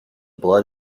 blood